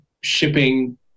shipping